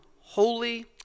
holy